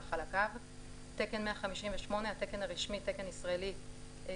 על חלקיו"; "תקן 158" - התקן הרשמי ת"י 158